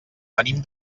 venim